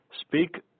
Speak